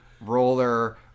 roller